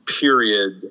period